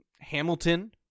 Hamilton